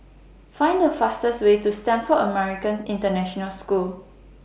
Find The fastest Way to Stamford American International School